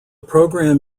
program